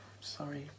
sorry